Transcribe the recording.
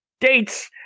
dates